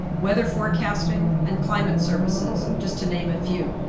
weather forecasting, and climate services, just to name a few.